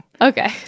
Okay